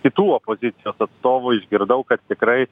kitų opozicijos atstovų išgirdau kad tikrai